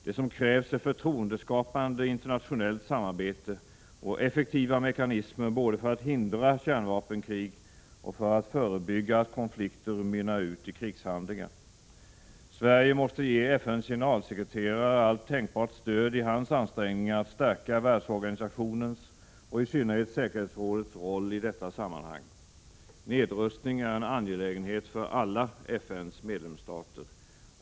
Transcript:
Det som krävs är förtroendeskapande internationellt samarbete och effektiva mekanismer både för att hindra kärnvapenkrig och för att förebygga att konflikter mynnar ut i krigshandlingar. Sverige måste ge FN:s generalsekreterare allt tänkbart stöd i hans ansträngningar att stärka världsorganisationens och i synnerhet säkerhetsrådets roll i detta sammanhang. Nedrustning är en angelägenhet för alla FN:s medlemsstater.